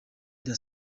rya